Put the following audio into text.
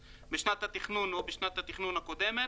"בשנת התכנון או בשנת התכנון הקודמת,